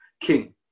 king